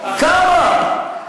כמה.